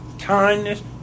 Kindness